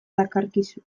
dakarkizu